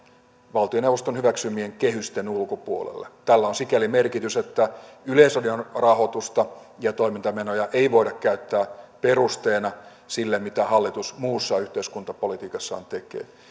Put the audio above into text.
valtioneuvoston hyväksymien kehysten ulkopuolelle tällä on sikäli merkitys että yleisradion rahoitusta ja toimintamenoja ei voida käyttää perusteena sille mitä hallitus muussa yhteiskuntapolitiikassaan tekee